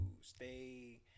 stay